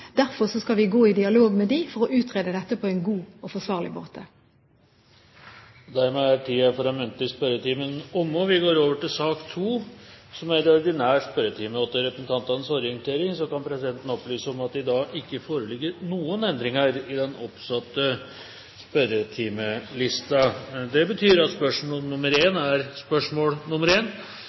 Derfor skal vi gå i dialog med dem for å utrede dette på en god og forsvarlig måte. Dermed er den muntlige spørretimen omme. Til representantenes orientering kan presidenten opplyse om at det i dag ikke foreligger noen endringer i den oppsatte spørsmålslisten. Jeg tillater meg å stille følgende spørsmål